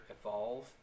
evolve